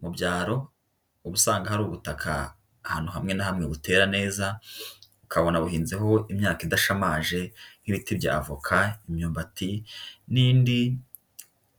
Mu byaro uba usanga hari ubutaka ahantu hamwe na hamwe butera, neza ukabona buhinzeho imyaka idashamaje nk'ibiti bya avoka, imyumbati n'indi,